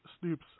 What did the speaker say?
Snoop's